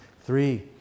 three